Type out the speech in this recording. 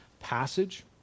passage